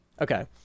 okay